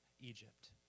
Egypt